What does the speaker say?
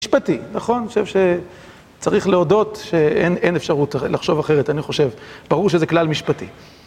משפטי, נכון? חושב שצריך להודות שאין אפשרות לחשוב אחרת, אני חושב, ברור שזה כלל משפטי.